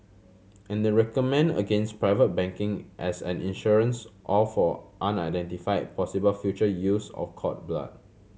and they recommend against private banking as an insurance or for unidentified possible future use of cord blood